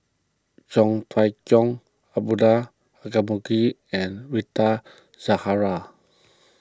Chong Fah Cheong Abdullah and Rita Zahara